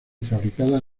fabricadas